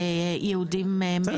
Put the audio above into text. יהודים מאתיופיה.